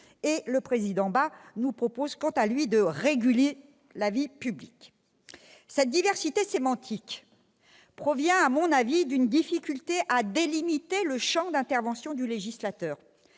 ». Le président Bas nous propose, quant à lui, de « réguler » la vie publique. Cette diversité sémantique provient, à mon avis, d'une difficulté à délimiter le champ d'intervention du législateur.